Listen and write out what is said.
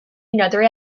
another